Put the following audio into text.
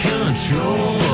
control